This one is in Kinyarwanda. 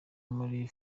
muri